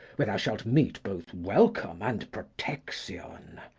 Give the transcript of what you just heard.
where thou shalt meet both welcome and protection.